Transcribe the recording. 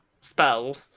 spell